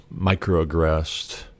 microaggressed